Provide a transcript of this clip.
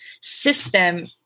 system